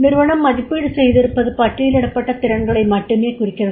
நிறுவனம் மதிப்பீடு செய்திருப்பது பட்டியலிடப்பட்ட திறன்களை மட்டுமே குறிக்கிறது